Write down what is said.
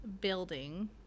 building